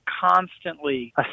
constantly